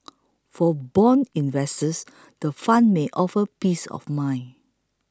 for bond investors the fund may offer peace of mind